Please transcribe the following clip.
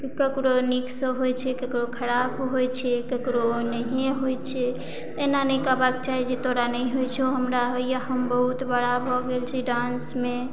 केकरो नीकसँ होइ छै केकरो खराब होइ छै केकरो नहिए होइ छै तऽ एना नहि कहबाक चाही जे तोरा नहि होइ छौ हमरा होइया हम बहुत बड़ा भऽ गेल छै डान्समे